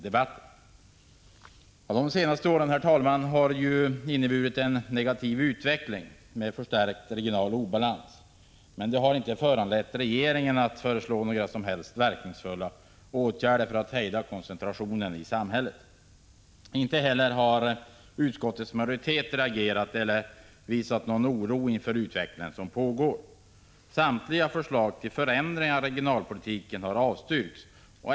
Under de senaste åren har vi fått en negativ utveckling — med förstärkt regional obalans — men detta har inte föranlett regeringen att föreslå några som helst verkningsfulla åtgärder för att hejda koncentrationen i samhället. Inte heller har utskottets majoritet reagerat eller visat någon oro för den utveckling som pågår. Samtliga förslag till förstärkningar av regionalpolitiken har avstyrkts.